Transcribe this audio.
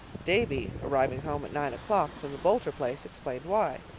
davy, arriving home at nine o'clock from the boulter place, explained why.